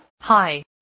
Hi